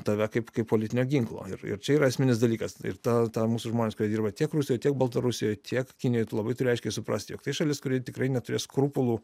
tave kaip kaip politinio ginklo ir ir čia yra esminis dalykas ir ta ta mūsų žmonės kurie dirba tiek rusijoj tiek baltarusijoj tiek kinijoj tu labai turi aiškiai suprasti jog tai šalis kuri tikrai neturės skrupulų